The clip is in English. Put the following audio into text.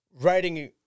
writing